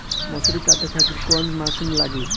मसूरी काटे खातिर कोवन मसिन लागी?